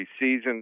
season